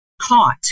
caught